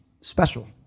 special